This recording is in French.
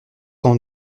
quand